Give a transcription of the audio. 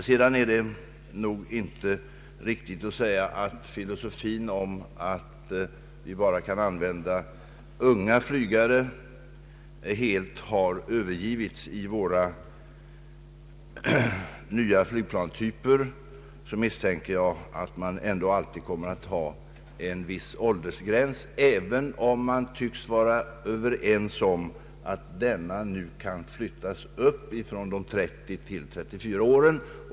Vidare är det nog inte riktigt att säga att filosofin om att vi bara skall använda unga flygare helt har övergivits när det gäller våra nya flygplanstyper. Jag misstänker att man ändå alltid kommer att ha en viss åldersgräns, även om alla tycks vara överens om att den nu kan sättas högre än vid 30—34 år.